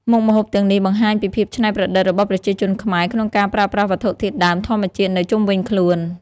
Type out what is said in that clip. មុខម្ហូបទាំងនេះបង្ហាញពីភាពច្នៃប្រឌិតរបស់ប្រជាជនខ្មែរក្នុងការប្រើប្រាស់វត្ថុធាតុដើមធម្មជាតិនៅជុំវិញខ្លួន។